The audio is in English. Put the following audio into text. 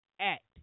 act